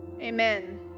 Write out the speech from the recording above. Amen